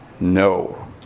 no